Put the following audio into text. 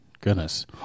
Goodness